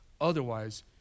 otherwise